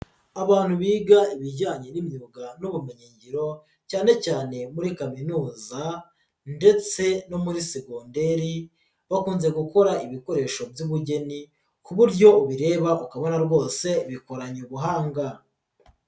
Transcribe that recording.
Abantu biga ibijyanye n'imyuga n'ubumenyingiro cyane cyane muri kaminuza ndetse no muri segonderi, bakunze gukora ibikoresho by'ubugeni ku buryo ubireba ukabona rwose bikoranye ubuhanga.